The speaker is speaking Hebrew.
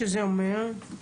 שזה אומר?